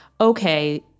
okay